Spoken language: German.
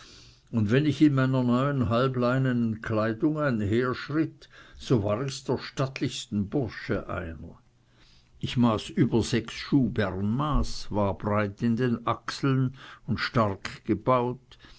und wenn ich in meiner neuen halbleinenen kleidung einherschritt so war ich der stattlichsten bursche einer ich maß über sechs schuh bernermaß war breit in den achseln und stark gebaut